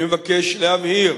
אני מבקש להבהיר.